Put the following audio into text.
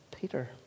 Peter